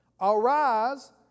Arise